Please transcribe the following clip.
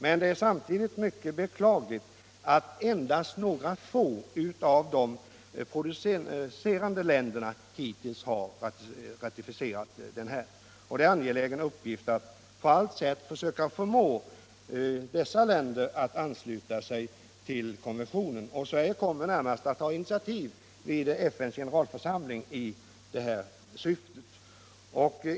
Samtidigt är det emellertid mycket beklagligt att endast några få producentländer hittills har ratificerat densamma. Det är en angelägen uppgift att på allt sätt söka förmå i första hand dessa länder att ansluta sig till konventionen. Sverige kommer också att ta initiativ i detta syfte vid FN:s generalförsamling.